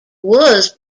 was